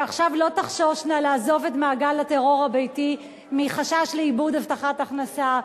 שעכשיו לא תחשושנה לעזוב את מעגל הטרור הביתי מחשש לאיבוד הבטחת הכנסה.